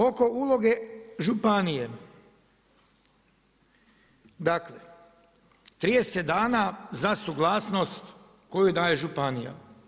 Oko uloge županije, dakle 30 dana za suglasnost koju daje županija.